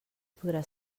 podrà